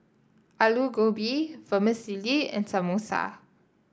Alu Gobi Vermicelli and Samosa